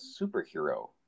superhero